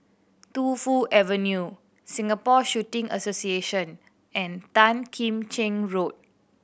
Tu Fu Avenue Singapore Shooting Association and Tan Kim Cheng Road